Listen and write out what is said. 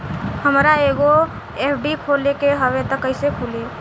हमरा एगो एफ.डी खोले के हवे त कैसे खुली?